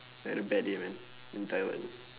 had a bad day man in thailand